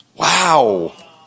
wow